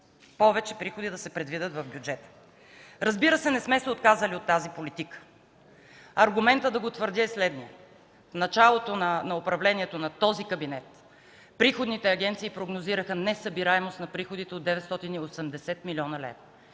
повече приходи в бюджета. Разбира се, не сме се отказали от тази политика. Аргументът да го твърдя е следният: в началото на управлението на този кабинет приходните агенции прогнозираха несъбираемост на приходите от 980 млн. лв.